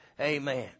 Amen